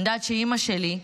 אני יודעת שאימא שלי,